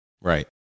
Right